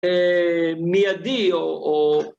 ‫מיידי, או...